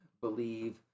believe